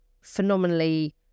phenomenally